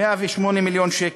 108 מיליון שקל,